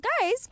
guys